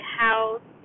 house